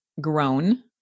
grown